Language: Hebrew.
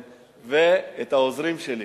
ואת העוזרים שלי,